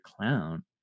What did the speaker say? clown